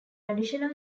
additional